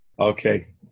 okay